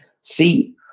See